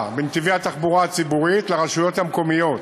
בנתיבי התחבורה הציבורית לרשויות המקומיות